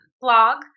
blog